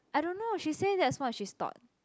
I don't know she say that's what she's taught